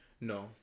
No